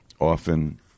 often